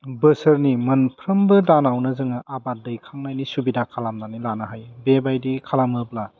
बोसोरनि मोनफ्रोमबो दानावनो जोङो आबाद दैखांनायनि सुबिदा खालामनानै लानो हायो बेबायदि खालामोब्ला